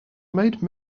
made